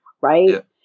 right